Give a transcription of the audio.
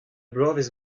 bloavezh